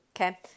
Okay